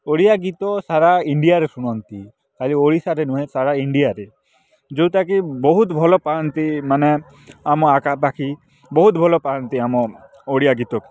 ଓଡ଼ିଆ ଗୀତ ସାରା ଇଣ୍ଡିଆରେ ଶୁଣନ୍ତି ଖାଲି ଓଡ଼ିଶାରେ ନୁହେଁ ସାରା ଇଣ୍ଡିଆରେ ଯେଉଁଟାକି ବହୁତ ଭଲପାଆନ୍ତି ମାନେ ଆମ ଆଖାପାଖି ବହୁତ ଭଲପାଆନ୍ତି ଆମ ଓଡ଼ିଆ ଗୀତକୁ